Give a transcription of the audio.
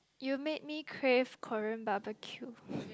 you made me crave Korean Barbecue